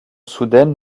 soudaine